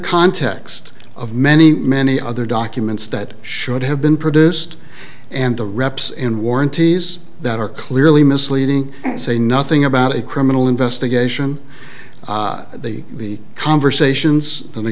context of many many other documents that should have been produced and the reps in warranties that are clearly misleading and say nothing about a criminal investigation the conversations and